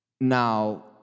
Now